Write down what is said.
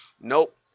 Nope